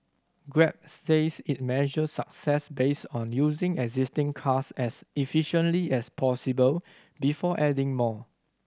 grab says it measures success based on using existing cars as efficiently as possible before adding more